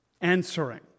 answering